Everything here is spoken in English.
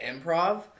improv